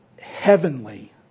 heavenly